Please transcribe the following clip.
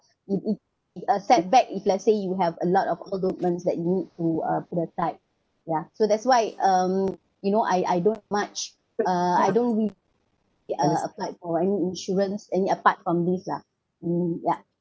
if if if a setback if let's say you have a lot of commitments that you need to uh put aside yeah so that's why um you know I I don't much uh I don't really uh applied or any insurance any apart from these lah mm ya